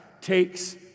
takes